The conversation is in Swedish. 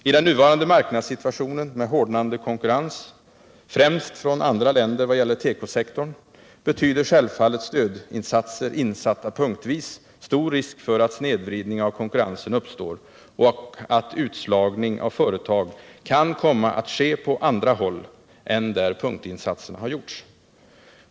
I den nuvarande marknadssituationen med hårdnande konkurrens — främst från andra länder vad gäller tekosektorn — betyder självfallet stödinsatser insatta punktvis stor risk för att snedvridning av konkurrensen uppstår och att utslagning av företag kan komma att ske på andra håll än där punktinsatserna har gjorts.